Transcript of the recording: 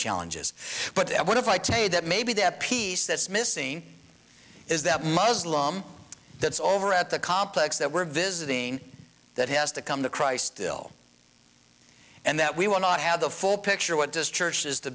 challenges but what if i tell you that maybe that piece that's missing is that muslim that's over at the complex that we're visiting that has to come to christ still and that we will not have the full picture what does churches to